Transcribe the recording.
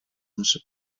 нашей